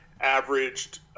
averaged